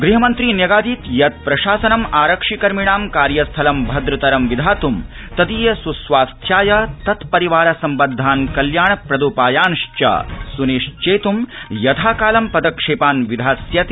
ग़हमन्त्री अमित शाहो न्यगादीत् यत् प्रशासनम् आरक्षि ध र्मिणां धार्यस्थलं भद्रतरं विधात्ं तदीय सुस्वास्थाय तत्परिवार संबद्धान् ल्याणप्रदोपायांश्च सुनिश्चेत् यथा ालं पदक्षेपान् विधास्यति